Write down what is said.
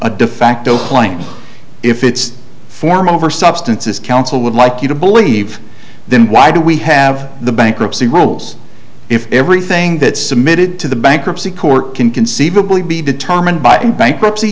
claim if it's form over substance as counsel would like you to believe then why do we have the bankruptcy rolls if everything that submitted to the bankruptcy court can conceivably be determined by the bankruptcy